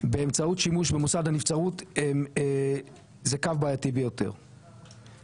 באמצעות שימוש במוסד הנבצרות זה קו בעייתי ביותר,